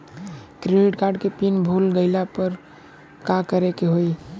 Credit card के PIN भूल गईला पर का करे के होई?